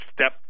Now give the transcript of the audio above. step